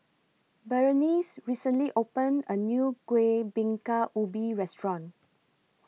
Berenice recently opened A New Kueh Bingka Ubi Restaurant